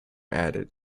added